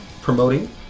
promoting